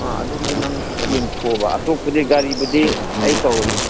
ꯑꯥ ꯑꯗꯨꯒꯤꯗꯤ ꯅꯪ ꯌꯦꯡꯊꯣꯛꯑꯣꯕ ꯑꯇꯣꯞꯄꯗꯤ ꯒꯥꯔꯤꯕꯨꯗꯤ ꯑꯩ ꯇꯧꯔꯒꯦ